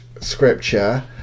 scripture